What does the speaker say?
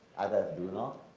others do not.